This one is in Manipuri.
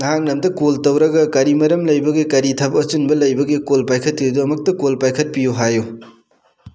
ꯅꯍꯥꯛꯅ ꯑꯝꯇ ꯀꯣꯜ ꯇꯧꯔꯒ ꯀꯔꯤ ꯃꯔꯝ ꯂꯩꯕꯒꯦ ꯀꯔꯤ ꯊꯕꯛ ꯑꯆꯤꯟꯕ ꯂꯩꯕꯒꯦ ꯀꯣꯜ ꯄꯥꯏꯈꯠꯇ꯭ꯔꯤꯗꯣ ꯑꯃꯨꯛꯇ ꯀꯣꯜ ꯄꯥꯏꯈꯠꯄꯤꯌꯣ ꯍꯥꯏꯌꯨ